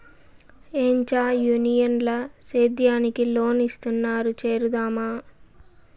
ఏంచా యూనియన్ ల సేద్యానికి లోన్ ఇస్తున్నారు చేరుదామా